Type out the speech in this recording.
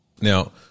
Now